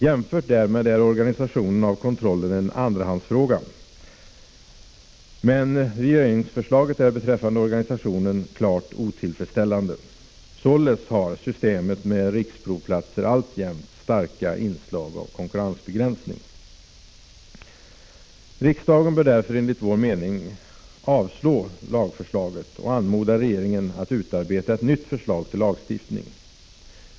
Jämfört därmed är organisationen av kontrollen en andrahandsfråga, men regeringsförslaget är beträffande organisationen klart otillfredsställande. Således har systemet med riksprovplatser alltjämt starka inslag av konkurrensbegränsning. Riksdagen bör därför avslå lagförslaget och anmoda regeringen att utarbeta ett nytt förslag till lagstiftning.